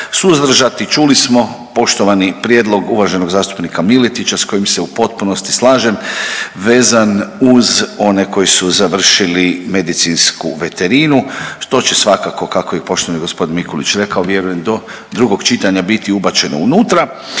suzdržati. Čuli smo poštovani prijedlog uvaženog zastupnika Miletića s kojim se u potpunosti slažem vezan uz one koji su završili medicinsku veterinu što će svakako kako je i poštovani gospodin Mikulić rekao vjerujem do drugog čitanja biti ubačeno unutra.